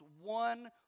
one